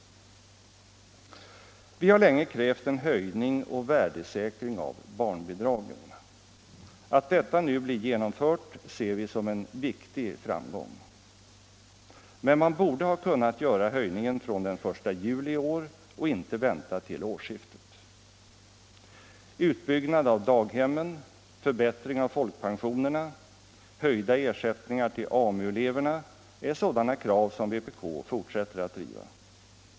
Vi har länge krävt en höjning och värdesäkring av barnbidragen. Att detta nu blir genomfört ser vi som en viktig framgång. Men man borde ha kunnat göra höjningen från den 1 juli i år och inte vänta till årsskiftet. Utbyggnad av daghemmen, förbättring av folkpensionerna, höjda ersättningar till AMU-eleverna är sådana krav som vpk fortsätter att driva.